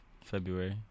February